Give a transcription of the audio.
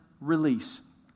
release